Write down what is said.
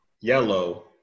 yellow